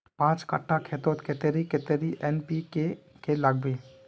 पाँच कट्ठा खेतोत कतेरी कतेरी एन.पी.के के लागबे?